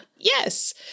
Yes